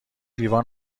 لیوان